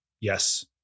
Yes